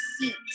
seat